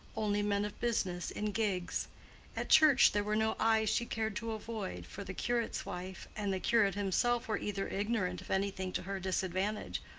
only men of business in gigs at church there were no eyes she cared to avoid, for the curate's wife and the curate himself were either ignorant of anything to her disadvantage,